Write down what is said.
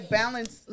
balance